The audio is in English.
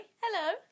hello